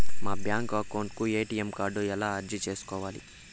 మా bank account కు ATM card ఎలా అర్జీ సేసుకోవాలి?